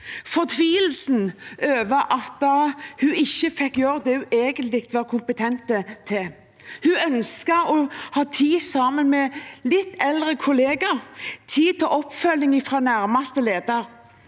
fortvilet over at hun ikke fikk gjøre det hun egentlig var kompetent til. Hun ønsket å ha tid sammen med litt eldre kollegaer, tid til oppfølging fra nærmeste leder.